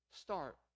Start